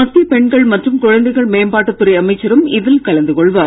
மத்திய பெண்கள் மற்றும் குழந்தைகள் மேம்பாட்டுத் துறை அமைச்சரும் இதில் கலந்து கொள்வார்